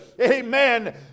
Amen